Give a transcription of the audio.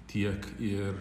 tiek ir